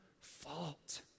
fault